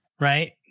right